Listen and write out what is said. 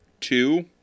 two